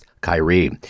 Kyrie